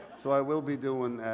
so, i will be doing